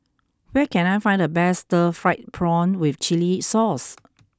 where can I find the best Stir Fried Prawn with Chili Sauce